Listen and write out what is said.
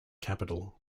capitol